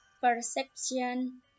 perception